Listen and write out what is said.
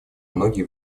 многие